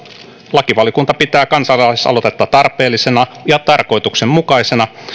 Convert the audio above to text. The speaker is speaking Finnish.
lakivaliokunta pitää kansalaisaloitetta tarpeellisena ja tarkoituksenmukaisena